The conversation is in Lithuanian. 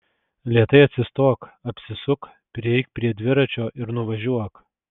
lėtai atsistok apsisuk prieik prie dviračio ir nuvažiuok